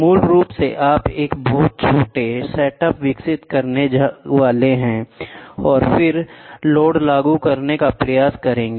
तो मूल रूप से आप एक बहुत छोटा सेटअप विकसित करने वाले हैं और फिर लोड लागू करने का प्रयास करें